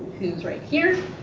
who's right here.